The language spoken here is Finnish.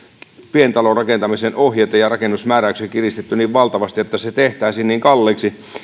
pientalorakentamisen ohjeita ja rakennusmääräyksiä kiristetty niin valtavasti että se tehtäisiin niin kalliiksi